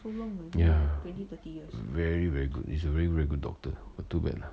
very very good he's a very very good doctor but too bad lah